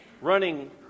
running